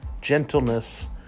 gentleness